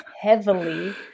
heavily